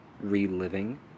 reliving